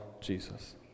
Jesus